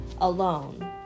alone